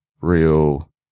Real